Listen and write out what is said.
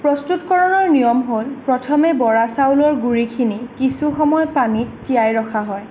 প্ৰস্তুতকৰণৰ নিয়ম হ'ল প্ৰথমে বৰা চাউলৰ গুৰিখিনি কিছুসময় পানীত তিয়াই ৰখা হয়